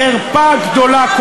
חרפה גדולה.